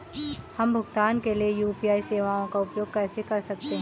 हम भुगतान के लिए यू.पी.आई सेवाओं का उपयोग कैसे कर सकते हैं?